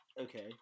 Okay